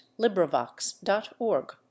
Librivox.org